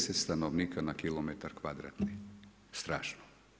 10 stanovnika na kilometar kvadratni, strašno.